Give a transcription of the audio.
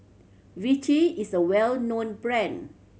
Vichy is a well known brand